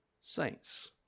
Saints